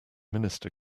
minister